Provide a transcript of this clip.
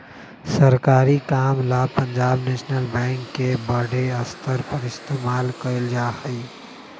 सरकारी काम ला पंजाब नैशनल बैंक के बडे स्तर पर इस्तेमाल कइल जा हई